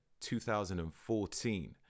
2014